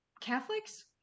Catholics